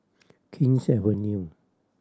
King's Avenue